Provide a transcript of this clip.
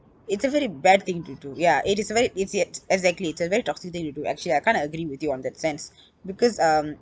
it's a very bad thing to do ya it is a very idiot exactly it's a very toxic thing to do actually I kind of agree with you on that sense because um